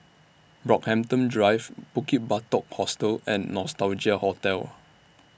Brockhampton Drive Bukit Batok Hostel and Nostalgia Hotel